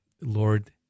Lord